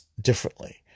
differently